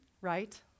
right